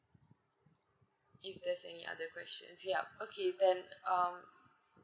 if there's any other question ya okay then um